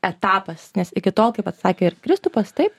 etapas nes iki tol kaip atsakė ir kristupas taip